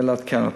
ולעדכן.